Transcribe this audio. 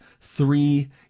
three